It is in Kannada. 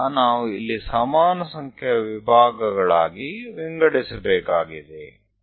ಈಗ ನಾವು ಇಲ್ಲಿ ಸಮಾನ ಸಂಖ್ಯೆಯ ವಿಭಾಗಗಳಾಗಿ ವಿಂಗಡಿಸಬೇಕಾಗಿದೆ